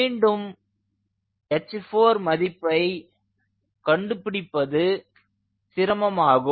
மீண்டும் h4 மதிப்பை கண்டு பிடிப்பது சிரமமாகும்